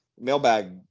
mailbag